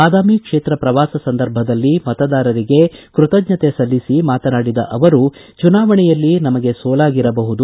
ಬಾದಾಮಿ ಕ್ಷೇತ್ರ ಪ್ರವಾಸ ಸಂದರ್ಭದಲ್ಲಿ ಮತದಾರರಿಗೆ ಕೃತಜ್ಞತೆ ಸಲ್ಲಿಸಿ ಮಾತನಾಡಿದ ಅವರು ಚುನಾವಣೆಯಲ್ಲಿ ನಮಗೆ ಸೋಲಾಗಿರಬಹುದು